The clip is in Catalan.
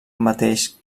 mateix